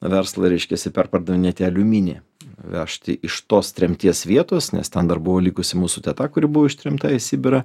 verslą reiškiasi perpardavinėti aliuminį vežti iš tos tremties vietos nes ten dar buvo likusi mūsų teta kuri buvo ištremta į sibirą